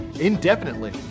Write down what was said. indefinitely